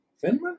Finland